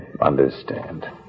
understand